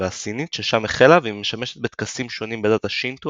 והסינית ששם החלה והיא משמשת בטקסים שונים בדת השינטו,